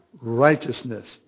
righteousness